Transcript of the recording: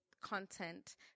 content